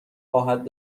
خواهد